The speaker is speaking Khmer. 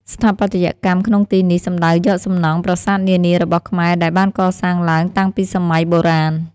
ស្ថាបត្យកម្មក្នុងទីនេះសំដៅយកសំណង់ ប្រាសាទនានារបស់ខ្មែរដែលបានកសាងឡើងតាំងពីសម័យ បុរាណ។